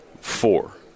four